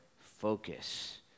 focus